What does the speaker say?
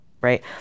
right